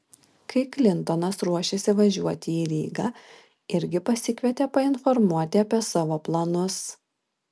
kai klintonas ruošėsi važiuoti į rygą irgi pasikvietė painformuoti apie savo planus